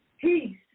Peace